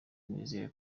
nizeye